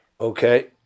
Okay